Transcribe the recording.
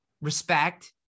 respect